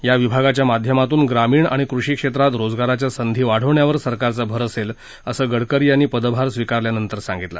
या विभागाच्या माध्यमांतून ग्रामीण आणि कृषीक्षेत्रात रोजगाराच्या संधी वाढवण्यावर सरकारचा भर असेल असं गडकरी यांनी पदभार स्वीकारल्यानंतर सांगितलं